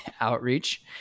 outreach